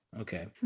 Okay